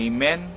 Amen